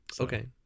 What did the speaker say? Okay